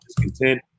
discontent